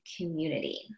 community